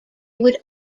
would